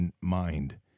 mind